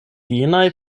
jenaj